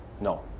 no